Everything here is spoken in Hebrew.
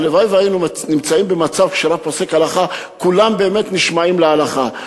הלוואי שהיינו נמצאים במצב שכשרב פוסק הלכה כולם באמת נשמעים להלכה.